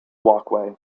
walkway